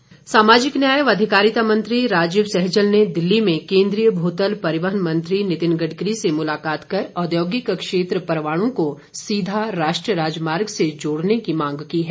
सहजल सामाजिक न्याय व अधिकारिता मंत्री राजीव सहजल ने दिल्ली में केंद्रीय भूतल परिवहन मंत्री नितिन गडकरी से मुलाकात कर औद्योगिक क्षेत्र पुरवाणू को सीधा राष्ट्रीय राजमार्ग से जोड़ने की मांग की है